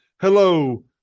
hello